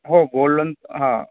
हो gold loan हा